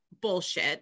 bullshit